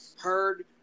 heard